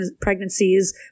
pregnancies